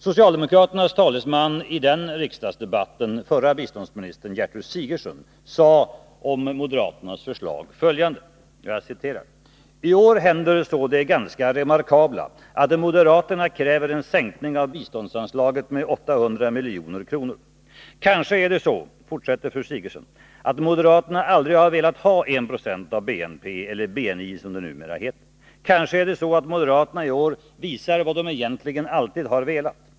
Socialdemokraternas talesman i riksdagsdebatten då, den förra biståndsministern Gertrud Sigurdsen, sade följande om moderaternas förslag: ”Tår händer så det ganska remarkabla att moderaterna kräver en sänkning av biståndsanslaget med 800 milj.kr. Kanske är det så att moderaterna aldrig har velat ha 1 20 av BNP, eller BNI, som det numera heter. Kanske är det så att moderaterna i år visar vad de egentligen alltid har velat.